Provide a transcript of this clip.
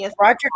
Roger